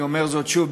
אני אומר זאת שוב,